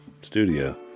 studio